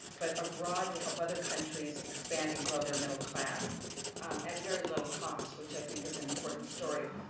but abroad to help other countries expand and grow their middle class at very little cost, which i think is an important story.